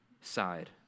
side